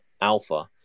alpha